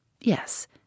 Yes